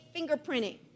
fingerprinting